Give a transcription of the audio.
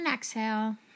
Exhale